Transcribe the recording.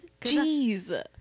Jeez